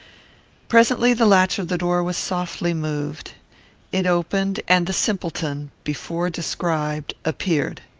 presently the latch of the door was softly moved it opened, and the simpleton, before described, appeared.